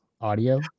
audio